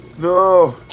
No